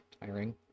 tiring